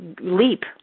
leap